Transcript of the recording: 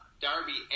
Darby